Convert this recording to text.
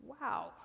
wow